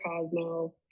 Cosmo